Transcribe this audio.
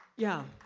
yeah.